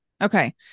Okay